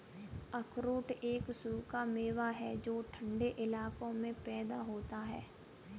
अखरोट एक सूखा मेवा है जो ठन्डे इलाकों में पैदा होता है